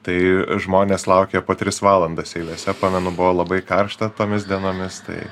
tai žmonės laukė po tris valandas eilėse pamenu buvo labai karšta tomis dienomis tai